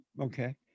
Okay